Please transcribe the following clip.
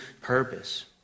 purpose